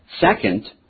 Second